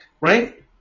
right